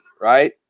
right